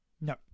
No